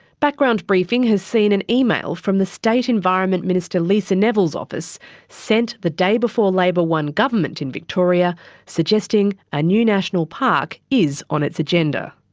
background briefing has seen an email from the state environment minister lisa neville's office sent the day before labor won government in victoria suggesting a new national park is on its agenda.